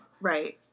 Right